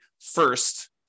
first